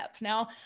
Now